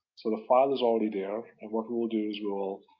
so the file is already there, and what we will do is we will